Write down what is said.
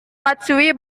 matsui